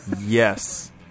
Yes